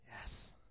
Yes